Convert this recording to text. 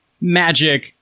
magic